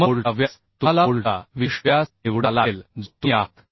मग बोल्टचा व्यास तुम्हाला बोल्टचा विशिष्ट व्यास निवडावा लागेल जो तुम्ही आहात